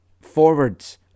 Forwards